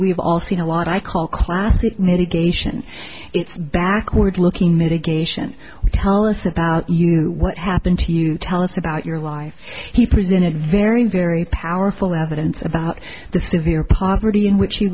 we've all seen a lot i call classic navigation it's backward looking mitigation tell us about you know what happened to you tell us about your life he presented very very powerful evidence about the severe poverty in which he